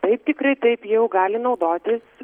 taip tikrai taip jau gali naudotis